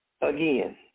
again